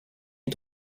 est